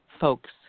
folks